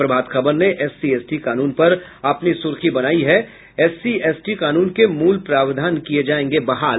प्रभात खबर ने SC ST कानून पर अपनी सुर्खी बनायी है एससी एसटी कानून के मूल प्रावधान किये जायेंगे बहाल